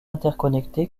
interconnectés